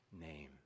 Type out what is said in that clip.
name